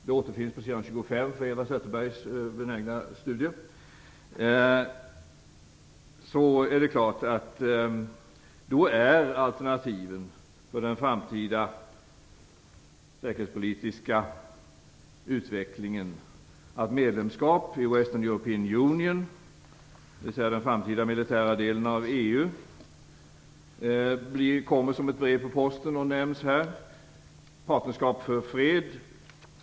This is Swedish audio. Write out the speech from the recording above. Detta återfinns på sidan Alternativet för den framtida säkerhetspolitiska utvecklingen är ett medlemskap i Western European Union, dvs. den framtida militära delen av EU. Det kommer som ett brev på posten och nämns också här. Detsamma gäller Partnerskap för fred.